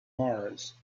mars